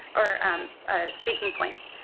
or speaking points.